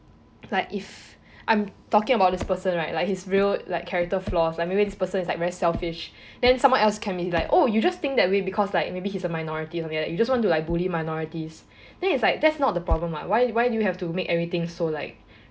like if I'm talking about this person right like he is real like character flaws maybe this person is like very selfish then someone else can be like oh you just think that way because like maybe he is a minority or something like that you just want to like bully minorities then is like that's not the problem lah why why do you have to make everything so like